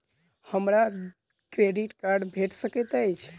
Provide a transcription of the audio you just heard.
हमरा credit card भेट सकैत अछि?